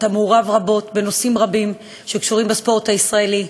אתה מעורב רבות בנושאים רבים שקשורים בספורט הישראלי,